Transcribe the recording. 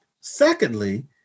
Secondly